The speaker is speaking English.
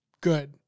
good